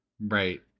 Right